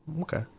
okay